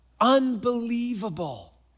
unbelievable